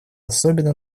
особенно